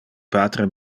patre